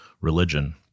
religion